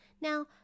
now